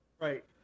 Right